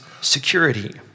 security